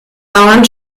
bauern